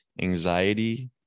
anxiety